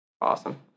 Awesome